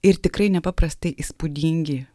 ir tikrai nepaprastai įspūdingi